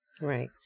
Right